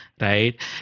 right